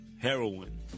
heroin